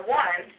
one